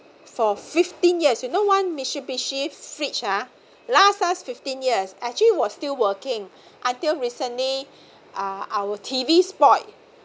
for fifteen years you know one mitsubishi fridge ha last us fifteen years actually was still working until recently uh our T_V spoil